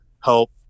help